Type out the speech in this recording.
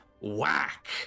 whack